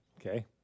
Okay